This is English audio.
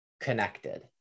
connected